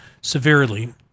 severely